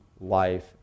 life